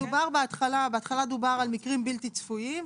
דובר בהתחלה, בהתחלה דובר על מקרים בלתי צפויים.